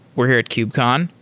we're here at kubecon.